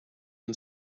and